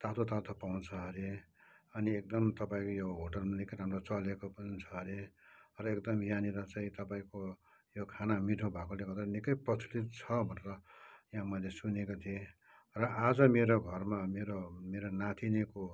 तातो तातो पाउँछ अरे अनि एकदम तपाईँको यो होटेल पनि निकै राम्रो चलेको पनि छ अरे र एकदम यहाँनिर चाहिँ तपाईँको यो खाना मिठो भएकोले गर्दा निकै प्रचलित छ भनेर यहाँ मैले सुनेको थिएँ र आज मेरो घरमा मेरो मेरो नातिनीको